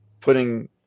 putting